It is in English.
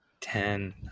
Ten